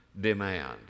demand